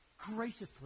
graciously